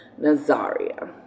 Nazaria